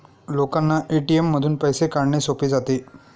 लोकांना ए.टी.एम मधून पैसे काढणे सोपे जाते